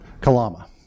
kalama